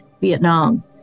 Vietnam